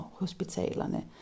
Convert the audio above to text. hospitalerne